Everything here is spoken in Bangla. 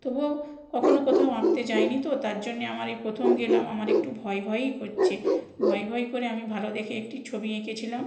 তবুও কখনও কোথাও আঁকতে যাইনি তো তার জন্যে আমার এই প্রথম গেলাম আমার একটু ভয় ভয়ই করছে ভয় ভয় করে আমি ভালো দেখে একটি ছবি এঁকেছিলাম